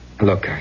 Look